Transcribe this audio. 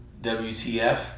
WTF